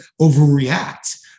overreact